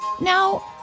now